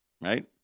right